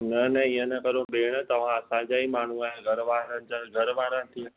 न न इअं न कयो भेण तव्हां असांजा माण्हूं आहियो घर वारनि जा घर वारा जीअं